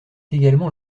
également